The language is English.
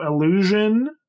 illusion